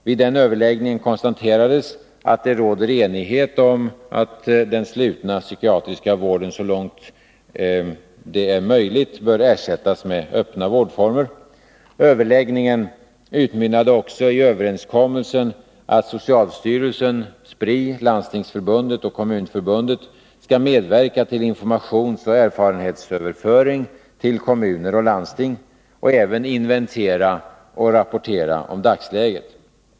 Vid den överläggningen konstaterades att det råder enighet om att den slutna psykiatriska vården så långt det är möjligt bör ersättas av öppna vårdformer. Överläggningen utmynnade också i överenskommelsen att socialstyrelsen, Spri, Landstingsförbundet och Kommunförbundet skall medverka till informationsoch erfarenhetsöverföring till kommuner och landsting och även inventera och rapportera om dagsläget.